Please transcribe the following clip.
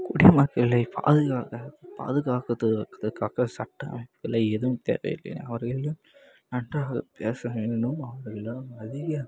குடிமக்களைப் பாதுகாக்க பாதுகாக்கிறதுக்காக சட்டம்களை எதுவும் தேவையில்லைன்னு அவர்களிடம் நன்றாக பேச வேண்டும் அவர்களிடம் அதிக